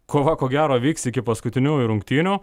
kova ko gero vyks iki paskutiniųjų rungtynių